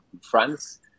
France